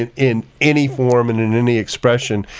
and in any form and in any expression.